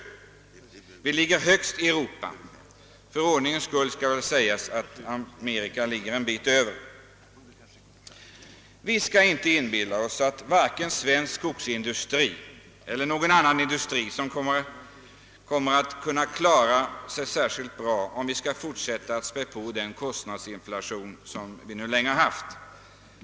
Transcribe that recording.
Sveriges siffra är den högsta i Europa. För ordningens skull bör väl sägas att Amerika ligger en bit över. Vi skall inte inbilla oss att vare sig svensk skogsindustri eller någon annan industri kommer att kunna klara sig särskilt bra, om vi skall fortsätta att späda på den kostnadsinflation som vi länge har haft.